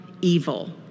evil